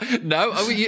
No